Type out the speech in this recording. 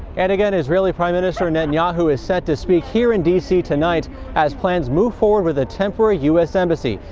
and, again, israeli prime minister netanyahu is set to speak here in d c. tonight as plans move forward with a temporary u s. embassy,